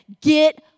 get